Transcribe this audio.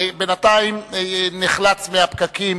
בינתיים נחלץ מהפקקים